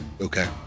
okay